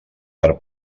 per